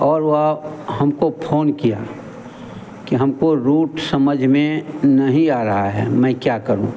और वह हमको फ़ोन किया कि हमको रूट समझ में नहीं आ रहा है मैं क्या करूं